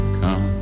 come